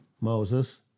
Moses